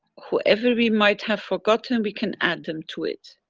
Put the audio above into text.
whoever we might have forgotten, we can add them to it.